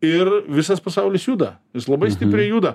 ir visas pasaulis juda labai stipriai juda